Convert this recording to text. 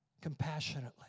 compassionately